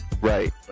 right